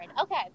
Okay